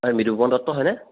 হয় মৃদুপৱন দত্ত হয়নে